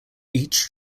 each